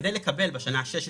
כדי לקבל בשנה ה-16